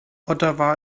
ottawa